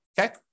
Okay